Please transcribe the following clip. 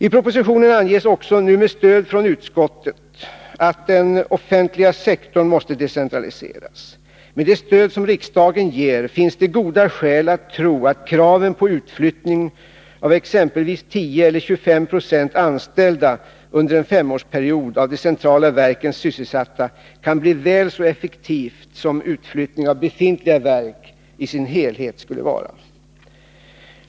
I propositionen anges också, nu med stöd från utskottet, att den offentliga sektorn måste decentraliseras. Med det stöd som riksdagen ger finns det goda skäl att tro att en utflyttning av exempelvis 10 eller 25 26 av de centrala verkens anställda under en femårsperiod kan bli väl så effektiv som en utflyttning av befintliga verk i deras helhet skulle vara.